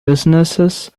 businesses